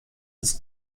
des